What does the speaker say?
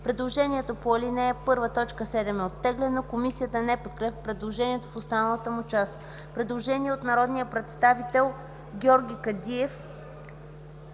Предложението по ал. 1, т. 7 е оттеглено. Комисията не подкрепя предложението в останала му част. Предложение от народния представител Георги Кадиев,